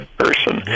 person